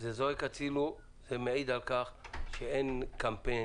זה זועק הצילו ומעיד על כך שאין קמפיין